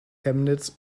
chemnitz